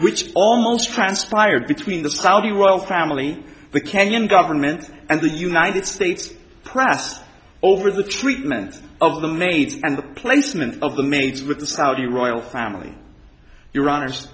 which almost transpired between the saudi royal family the kenyan government and the united states press over the treatment of the maid and the placement of the maids with the saudi royal family your hon